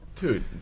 Dude